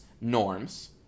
norms